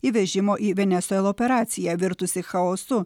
įvežimo į venesuelą operacija virtusi chaosu